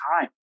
time